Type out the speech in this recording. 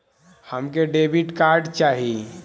हमके debit card चाही?